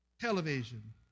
Television